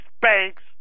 banks